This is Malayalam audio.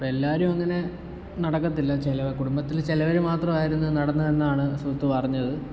ഇപ്പെല്ലാവരും അങ്ങനെ നടക്കത്തില്ല ചില കുടുംബത്തിൽ ചിലവർ മാത്രം ആയിരുന്നു നടന്നത് എന്നാണ് സുഹൃത്ത് പറഞ്ഞത്